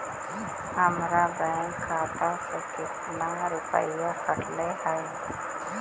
हमरा बैंक खाता से कतना रूपैया कटले है?